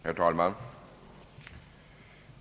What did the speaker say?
Herr talman!